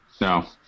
No